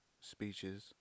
speeches